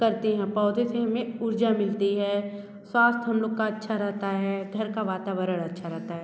करते हैं पौधे से हमें ऊर्जा मिलती है स्वास्थ्य हम लोगों का अच्छा रहता है घर का वातावरण अच्छा रहता है